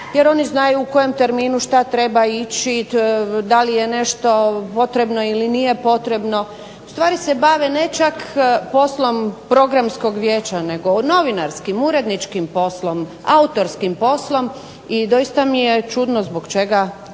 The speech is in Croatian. jer oni znaju u kojem terminu šta treba ići, da li je nešto potrebno ili nije potrebno. U stvari se bave ne čak poslom Programskog vijeća, nego novinarskim, uredničkim poslom, autorskim poslom. I doista mi je čudno zbog čega su se,